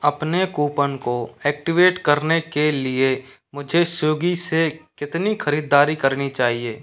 अपने कूपन को ऐक्टिवेट करने के लिए मुझे स्विगी से कितनी खरीददारी करनी चाहिए